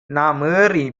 ஏறிய